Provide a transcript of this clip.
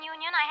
Union